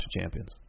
champions